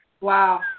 Wow